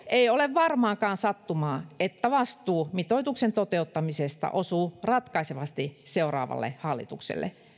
ei ole varmaankaan sattumaa että vastuu mitoituksen toteuttamisesta osuu ratkaisevasti seuraavalle hallitukselle